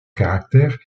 caractère